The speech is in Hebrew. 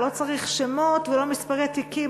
לא צריך שמות ולא מספרי תיקים,